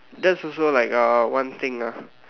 that's also like uh one thing ah